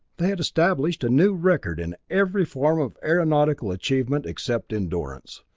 they had established a new record in every form of aeronautical achievement except endurance!